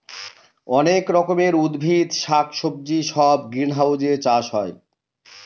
অনেক রকমের উদ্ভিদ শাক সবজি সব গ্রিনহাউসে চাষ হয়